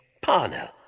Parnell